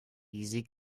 easy